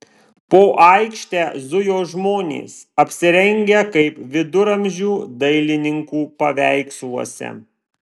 po aikštę zujo žmonės apsirengę kaip viduramžių dailininkų paveiksluose